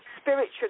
spiritual